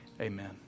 amen